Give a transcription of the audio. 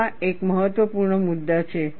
આ એક મહત્વપૂર્ણ મુદ્દા છે